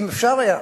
אם אפשר היה,